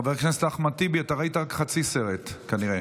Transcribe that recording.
חבר הכנסת אחמד טיבי, אתה ראית רק חצי סרט, כנראה.